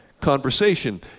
conversation